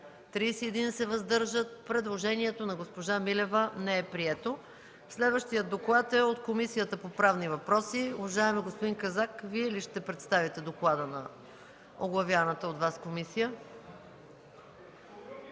35, въздържали се 31. Предложението на госпожа Милева не е прието. Следващият доклад е от Комисията по правни въпроси. Уважаеми господин Казак, Вие ли ще представите доклада на оглавяваната от Вас комисия?